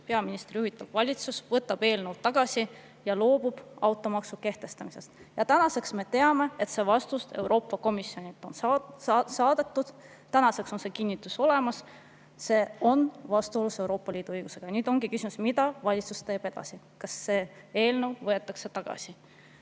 peaministri juhitav valitsus võtab eelnõu tagasi ja loobub automaksu kehtestamisest. Tänaseks me teame, et vastus Euroopa Komisjonilt on saadetud. Tänaseks on see kinnitus olemas: see on vastuolus Euroopa Liidu õigusega. Ja nüüd ongi küsimus, mida valitsus teeb edasi. Kas see eelnõu võetakse tagasi?